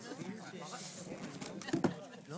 11:00.